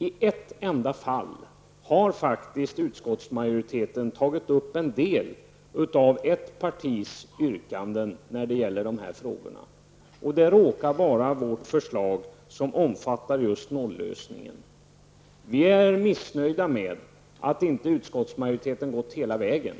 I ett enda fall har utskottsmajoriteten faktiskt tagit upp en del av ett partis yrkanden när det gäller dessa frågor, och det råkar vara vårt förslag som omfattar just nolllösningen. Vi är missnöjda med att utskottsmajoriteten inte har gått hela vägen.